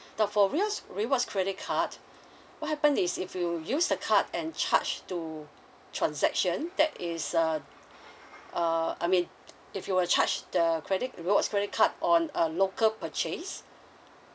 now for rewards rewards credit card what happen is if you use the card and charge to transaction that is uh uh I mean if you were charge the credit rewards credit card on uh local purchase